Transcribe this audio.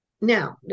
Now